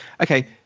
okay